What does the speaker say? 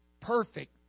perfect